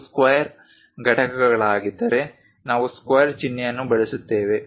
ಇವು ಸ್ಕ್ವಯರ್ ಘಟಕಗಳಾಗಿದ್ದರೆ ನಾವು ಸ್ಕ್ವೇರ್ಸ್ ಚಿಹ್ನೆಯನ್ನು ಬಳಸುತ್ತೇವೆ